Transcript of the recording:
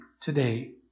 today